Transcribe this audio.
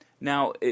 Now